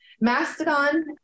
Mastodon